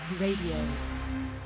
radio